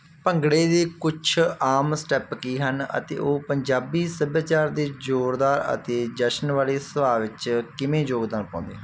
ਭੰਗੜੇ ਦੇ ਕੁਛ ਆਮ ਸਟੈਪ ਕੀ ਹਨ ਅਤੇ ਉਹ ਪੰਜਾਬੀ ਸੱਭਿਆਚਾਰ ਦੀ ਜ਼ੋਰਦਾਰ ਅਤੇ ਜਸ਼ਨ ਵਾਲੇ ਸੁਭਾਅ ਵਿੱਚ ਕਿਵੇਂ ਯੋਗਦਾਨ ਪਾਉਂਦੇ ਹਨ